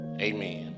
Amen